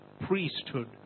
priesthood